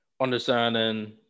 understanding